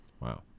Wow